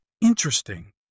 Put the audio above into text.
Interesting